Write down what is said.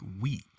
wheat